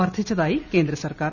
വർധിച്ചതായി കേന്ദ്ര സർക്കാർ